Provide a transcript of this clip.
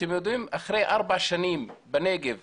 אתם יודעים מהו הביצוע של התוכנית אחרי ארבע שנים בנגב?